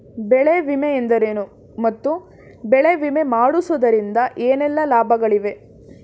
ಬೆಳೆ ವಿಮೆ ಎಂದರೇನು ಮತ್ತು ಬೆಳೆ ವಿಮೆ ಮಾಡಿಸುವುದರಿಂದ ಏನೆಲ್ಲಾ ಲಾಭಗಳಿವೆ?